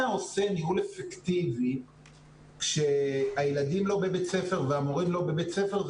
עושה ניהול אפקטיבי כשהילדים לא בבית ספר והמורים לא בבית ספר?